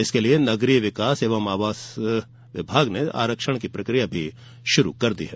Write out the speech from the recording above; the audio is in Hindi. इसके लिये नगरीय विकास एवं आवास विभाग ने आरक्षण की प्रकिया शुरू कर दी है